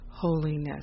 holiness